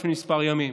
לפני כמה ימים.